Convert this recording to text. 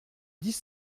dix